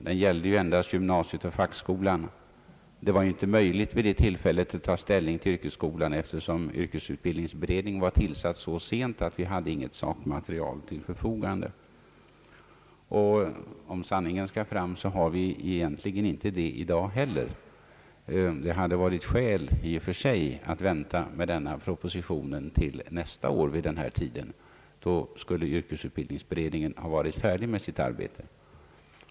Den gällde gymnasiet och fackskolan. Vid det tillfället var det inte möjligt att ta ställning till yrkesskolan, eftersom yrkesutbildningsberedningen var tillsatt så sent att vi inte hade något sakmaterial till förfogande. Om sanningen skall fram, så har vi det egentligen inte i dag heller. Det hade i och för sig varit klokt att vänta med den här propositionen till nästa år vid den här tidpunkten, ty då skulle yrkesutbildningsberedningen ha varit färdig med sitt arbete.